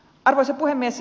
arvoisa puhemies